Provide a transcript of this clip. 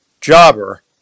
jobber